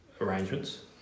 arrangements